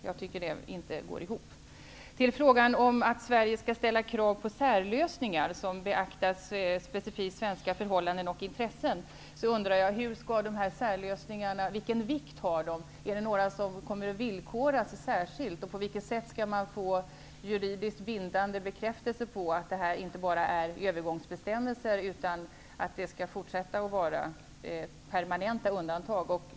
Jag tycker inte att det går ihop. Det sägs att Sverige skall ställa krav på särlösningar som beaktar specifikt svenska förhållanden och intressen. Vilken vikt har dessa särlösningar? Kommer några av dem att särskilt villkoras? På vilket sätt skall man få en juridiskt bindande bekräftelse på att detta inte bara är övergångsbestämmelser utan att det skall fortsätta att vara permanenta undantag?